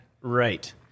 Right